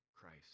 Christ